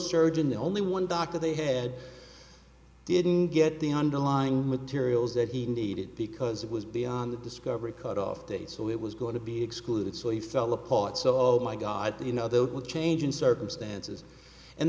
surgeon the only one doctor they had didn't get the underlying materials that he needed because it was beyond the discovery cutoff date so it was going to be excluded so he fell apart so oh my god you know that would change in circumstances and